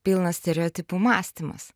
pilnas stereotipų mąstymas